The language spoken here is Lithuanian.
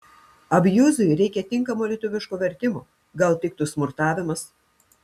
abjuzui reika tinkamo lietuviško vertimo gal tiktų smurtavimas